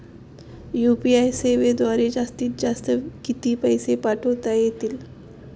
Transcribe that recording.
UPI सेवेद्वारे जास्तीत जास्त किती पैसे पाठवता येतील?